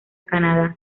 canadá